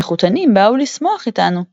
המחתנים באו לשמח אתנו.”